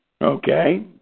Okay